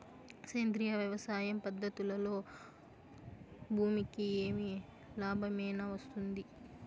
సేంద్రియ వ్యవసాయం పద్ధతులలో భూమికి ఏమి లాభమేనా వస్తుంది?